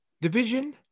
Division